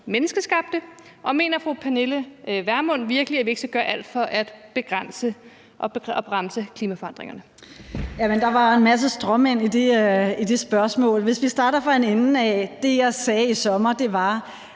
menneskeskabte? Og mener fru Pernille Vermund virkelig, at vi ikke skal gøre alt for at begrænse og bremse klimaforandringerne? Kl. 21:32 Pernille Vermund (NB): Jamen der var en masse stråmænd i det spørgsmål. Hvis vi starter fra en ende af: Det, jeg sagde i sommer, var,